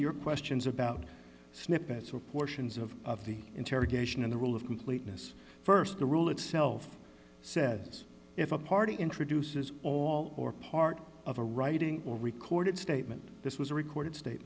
your questions about snippets of portions of of the interrogation and the rule of completeness st the rule itself says if a party introduces all or part of a writing or recorded statement this was a recorded state